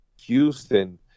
Houston